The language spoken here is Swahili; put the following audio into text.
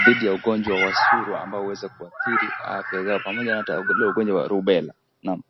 dhidi ya ugonjwa wa suruwa ambayo huweza kuathiri afya zao pamoja hata na ule ugonjwa wa rubella. Naam.